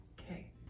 Okay